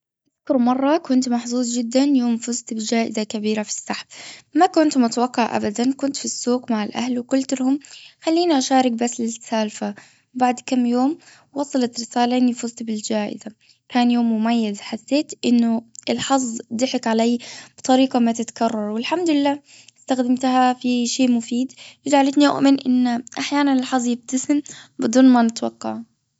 أذكر مرة كنت محظوظ جدا يوم فزت بجائزة كبيرة في السحب. ما كنت متوقع أبدا كنت في السوق مع الأهل وقلت لهم خليني أشارك بس للسالفة. بعد كم يوم وصلت رسالة أني فزت بالجائزة. كان يوم مميز حسيت أنه الحظ ضحك علي بطريقة ما تتكرر والحمدلله أستخدمتها في شيء مفيد. جعلتني اؤمن أن أحيانا الحظ يبتسم بدون ما نتوقع.